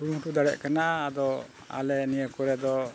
ᱠᱩᱨᱩᱢᱩᱴᱩ ᱫᱟᱲᱮᱭᱟᱜ ᱠᱟᱱᱟ ᱟᱫᱚ ᱟᱞᱮ ᱱᱤᱭᱟᱹ ᱠᱚᱨᱮ ᱫᱚ